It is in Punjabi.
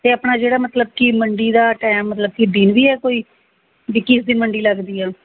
ਅਤੇ ਆਪਣਾ ਜਿਹੜਾ ਮਤਲਬ ਕਿ ਮੰਡੀ ਦਾ ਟਾਇਮ ਮਤਲਬ ਕਿ ਦਿਨ ਵੀ ਹੈ ਕੋਈ ਵੀ ਕਿਸ ਦਿਨ ਮੰਡੀ ਲੱਗਦੀ ਆ